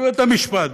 בבית-המשפט,